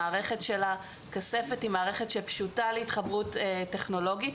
המערכת של הכספת היא מערכת שפשוטה להתחברות טכנולוגית,